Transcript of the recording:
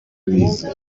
abize